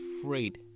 afraid